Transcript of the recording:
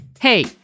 Hey